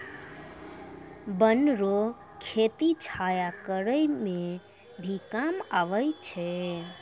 वन रो खेती छाया करै मे भी काम आबै छै